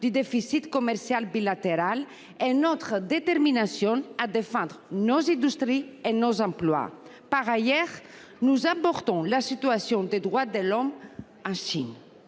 du déficit commercial bilatéral et notre détermination à défendre nos industries et nos emplois. Par ailleurs, nous aborderons la situation des droits de l’homme en Chine.